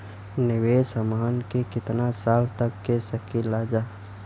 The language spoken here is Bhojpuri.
निवेश हमहन के कितना साल तक के सकीलाजा?